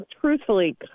truthfully